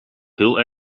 heel